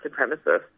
supremacists